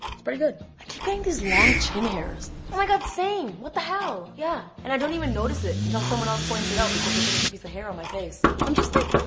it's pretty good. i keep getting these long chin hairs. oh my god, same! what the hell? yeah, and i don't even notice it until someone else points it out, because i think it's a piece of hair on my face. i'm just, like,